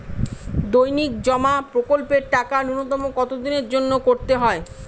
দৈনিক জমা প্রকল্পের টাকা নূন্যতম কত দিনের জন্য করতে হয়?